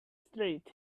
street